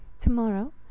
tomorrow